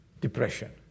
depression